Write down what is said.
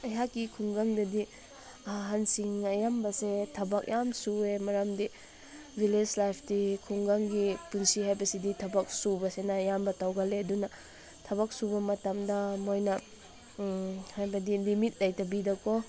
ꯑꯩꯍꯥꯛꯀꯤ ꯈꯨꯡꯒꯪꯗꯗꯤ ꯑꯍꯜꯁꯤꯡ ꯑꯌꯥꯝꯕꯁꯦ ꯊꯕꯛ ꯌꯥꯝ ꯁꯨꯏ ꯃꯔꯝꯗꯤ ꯚꯤꯂꯦꯁ ꯂꯥꯏꯐꯇꯤ ꯈꯨꯡꯒꯪꯒꯤ ꯄꯨꯟꯁꯤ ꯍꯥꯏꯕꯁꯤꯗꯤ ꯊꯕꯛ ꯁꯨꯕꯁꯤꯅ ꯑꯌꯥꯝꯕ ꯇꯧꯒꯟꯂꯦ ꯑꯗꯨꯅ ꯊꯕꯛ ꯁꯨꯕ ꯃꯇꯝꯗ ꯃꯣꯏꯅ ꯍꯥꯏꯕꯗꯤ ꯂꯤꯃꯤꯠ ꯂꯩꯇꯕꯤꯗꯀꯣ